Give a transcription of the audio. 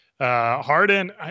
Harden